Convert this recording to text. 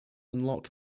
unlock